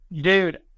Dude